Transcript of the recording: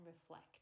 reflect